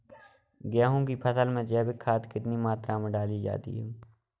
गेहूँ की फसल में जैविक खाद कितनी मात्रा में डाली जाती है?